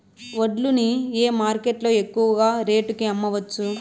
వడ్లు ని ఏ మార్కెట్ లో ఎక్కువగా రేటు కి అమ్మవచ్చు?